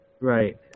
Right